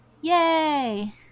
Yay